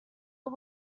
are